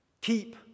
Keep